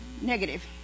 negative